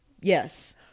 Yes